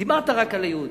דיברת רק על היהודים.